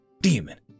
Demon